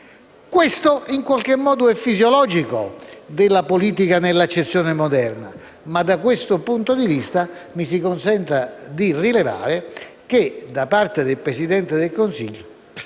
Questo è fisiologico della politica nell'accezione moderna, ma da questo punto di vista, mi si consenta di rilevare che, da parte del Presidente del Consiglio,